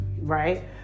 right